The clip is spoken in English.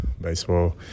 baseball